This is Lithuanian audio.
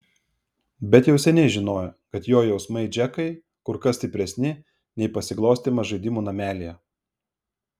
bet jau seniai žinojo kad jo jausmai džekai kur kas stipresni nei pasiglostymas žaidimų namelyje